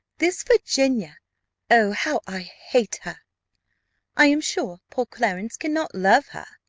this virginia oh, how i hate her i am sure poor clarence cannot love her.